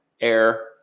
air